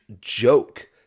joke